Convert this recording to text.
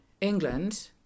England